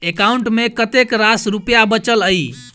account मे कतेक रास रुपया बचल एई